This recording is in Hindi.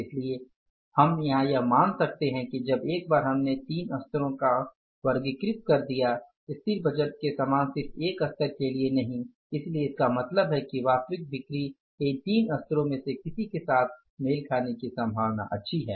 इसलिए हम यहां यह मान सकते हैं कि जब एक बार हमने तीन स्तरों को वर्गीकृत कर दिया स्थिर बजट के समान सिर्फ एक स्तर के लिए नही इसलिए इसका मतलब है कि वास्तविक बिक्री के इन तीन स्तरों में से किसी के साथ मेल खाने की संभावना अच्छी है